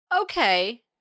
Okay